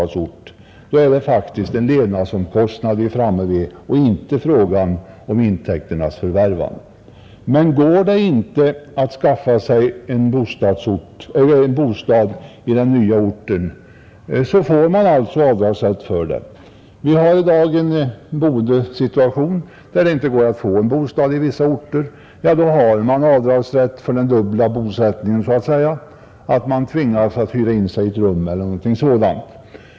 I detta fall utgör faktiskt hyran en privat levnadsomkostnad. Den är alltså inte nödvändig för intäkternas förvärvande, Går det däremot inte att skaffa sig en bostad på den ort där man arbetar får man alltså göra avdrag för den hyrda bostaden där, Bostadssituationen i dag är sådan att det inte går att få tag på en bostad i vissa orter. Om så är fallet har man avdragsrätt för den dubbla bostaden så att säga, dvs. om man är tvungen att t.ex. hyra ett rum.